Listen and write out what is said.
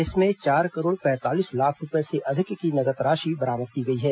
इसमें चार करोड़ पैंतालीस लाख रूपये से अधिक की नकद राशि बरामद की गई है